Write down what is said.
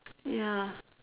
ya